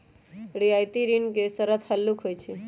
रियायती ऋण के शरत हल्लुक होइ छइ